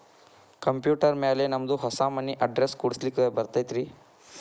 Computer ಮ್ಯಾಲೆ ನಮ್ದು ಹೊಸಾ ಮನಿ ಅಡ್ರೆಸ್ ಕುಡ್ಸ್ಲಿಕ್ಕೆ ಬರತೈತ್ರಿ?